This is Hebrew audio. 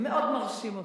מאוד מרשים אותי.